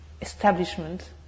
establishment